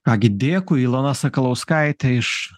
ką gi dėkui ilona sakalauskaitė iš